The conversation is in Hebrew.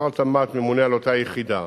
שר התמ"ת ממונה על אותה יחידה,